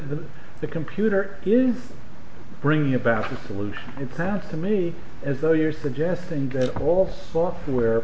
the the computer is bringing about a solution it sounds to me as though you're suggesting that all software